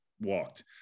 walked